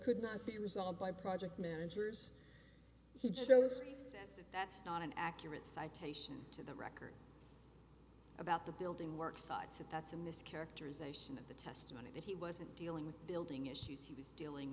could not be resolved by project managers he just goes and that's not an accurate citation to the record about the building work sites and that's in this characterization of the testimony that he wasn't dealing with building issues he was dealing